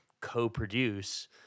co-produce